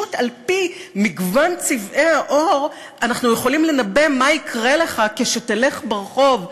שפשוט על-פי מגוון צבעי העור אנחנו יכולים לנבא מה יקרה לך כשתלך ברחוב.